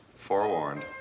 Forewarned